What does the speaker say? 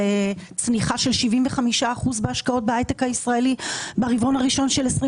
צמיחה של 75% בהשקעות בהייטק הישראלי ברבעון הראשון של 2023,